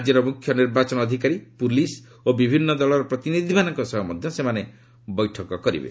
ରାଜ୍ୟର ମୁଖ୍ୟ ନିର୍ବାଚନ ଅଧିକାରୀ ପୁଲିସ ଓ ବିଭିନ୍ନ ଦଳର ପ୍ରତିନିଧିମାନଙ୍କ ସହ ମଧ୍ୟ ସେମାନେ ବୈଠକ କରିବେ